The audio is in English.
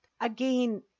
Again